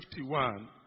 51